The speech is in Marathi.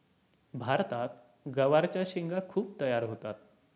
भारतात गवारच्या शेंगा खूप तयार होतात